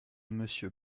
monsieur